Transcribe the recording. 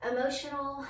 Emotional